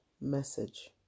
message